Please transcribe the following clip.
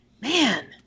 Man